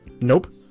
Nope